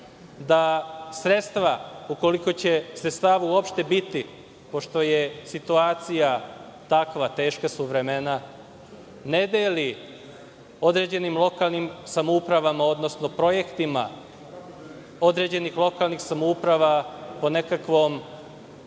da sredstva, ukoliko će sredstava uopšte biti, pošto je situacija takva, teška su vremena, ne deli određenim lokalnim samoupravama, odnosno projektima određenih lokalnih samouprava po nekakvom